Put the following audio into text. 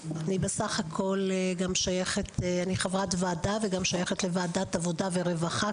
אני חברת ועדה כאן וגם שייכת לוועדת העבודה והרווחה,